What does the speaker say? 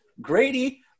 grady